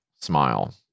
smile